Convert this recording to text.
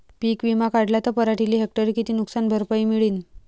पीक विमा काढला त पराटीले हेक्टरी किती नुकसान भरपाई मिळीनं?